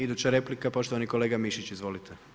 Iduća replika, poštovani kolega Mišić, izvolite.